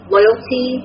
Loyalty